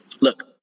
Look